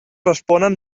responen